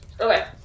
Okay